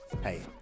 Hey